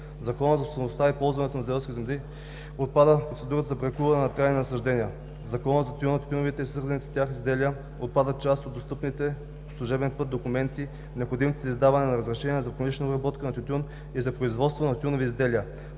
Закона за собствеността и ползването на земеделските земи отпада процедурата за бракуване на трайните насаждения. В Закона за тютюна, тютюневите и свързаните с тях изделия отпадат част от достъпните по служебен път документи, необходими за издаване на разрешения за промишлена обработка на тютюн и за производството на тютюневи изделия.